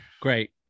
great